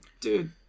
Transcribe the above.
dude